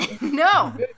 No